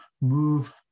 move